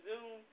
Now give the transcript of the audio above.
Zoom